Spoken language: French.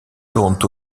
tournent